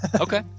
Okay